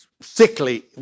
Sickly